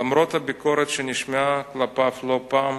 למרות הביקורת שנשמעה כלפיו לא פעם,